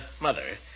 Mother